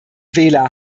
wähler